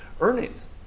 earnings